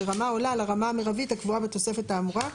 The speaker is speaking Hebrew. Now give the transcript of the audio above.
ברמה העולה על הרמה המירבית הקבועה בתוספת האמורה,